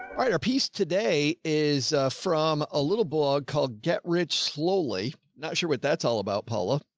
right? our piece today is from a little blog called get rich slowly. not sure what that's all about. paula.